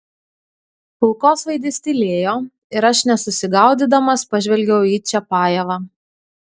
kulkosvaidis tylėjo ir aš nesusigaudydamas pažvelgiau į čiapajevą